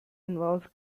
involves